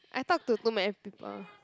I talk to too many people